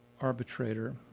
arbitrator